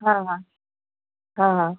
हा हा हा हा